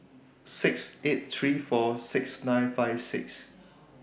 six eight three four six nine five six